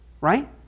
Right